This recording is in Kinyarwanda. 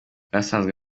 asanzwe